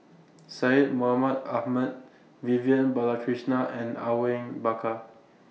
Syed Mohamed Ahmed Vivian Balakrishnan and Are Wing Bakar